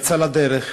יצאה לדרך.